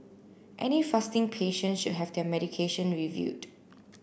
any fasting patient should have their medication reviewed